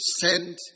send